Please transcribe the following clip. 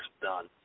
done